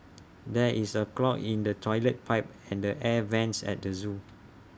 there is A clog in the Toilet Pipe and the air Vents at the Zoo